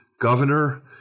governor